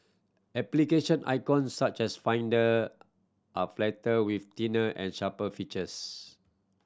application icon such as Finder are flatter with thinner and sharper features